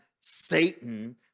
Satan